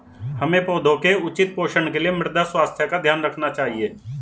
हमें पौधों के उचित पोषण के लिए मृदा स्वास्थ्य का ध्यान रखना चाहिए